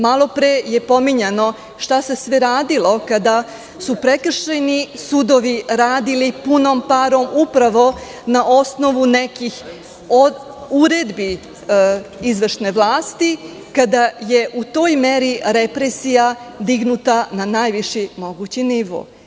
Malopre je pominjano šta se sve radilo kada su prekršajni sudovi radili punom parom, upravo na osnovu nekih od uredbi izvršne vlasti, kada je u toj meri represija dignuta na najviši mogući nivo.